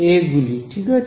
এ গুলি ঠিক আছে